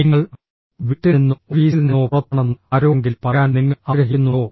നിങ്ങൾ വീട്ടിൽ നിന്നോ ഓഫീസിൽ നിന്നോ പുറത്താണെന്ന് ആരോടെങ്കിലും പറയാൻ നിങ്ങൾ ആഗ്രഹിക്കുന്നുണ്ടോ